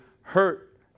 hurt